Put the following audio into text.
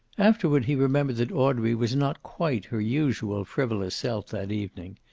afterward he remembered that audrey was not quite her usual frivolous self that evening.